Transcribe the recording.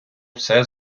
все